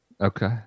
Okay